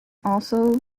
also